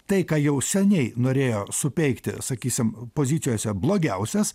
tai ką jau seniai norėjo supeikti sakysim pozicijose blogiausias